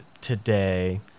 today